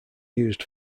used